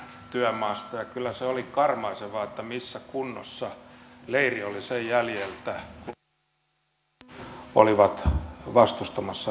kyllä se oli karmaisevaa missä kunnossa leiri oli sen jäljiltä kun luonnonsuojelijat olivat vastustamassa ydinvoimaa